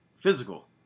physical